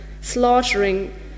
slaughtering